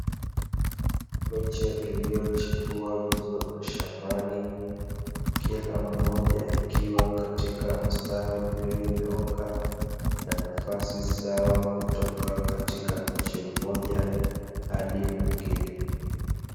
Miche iliyochepua vizuri shambani kila mmoja ikiwa katika mstari ulionyooka na nafasi sawa kutoka katika mche mmoja hadi mwingine.